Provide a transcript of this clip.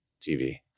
TV